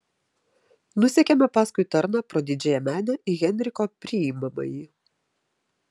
nusekėme paskui tarną pro didžiąją menę į henriko priimamąjį